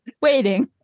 waiting